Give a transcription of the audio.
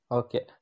okay